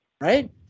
Right